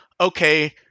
okay